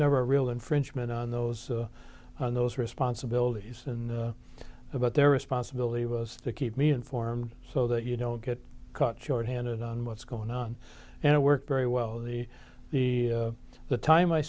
never a real infringement on those on those responsibilities and about their responsibility was to keep me informed so that you don't get caught short handed on what's going on and it worked very well the the the time i